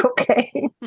Okay